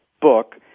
book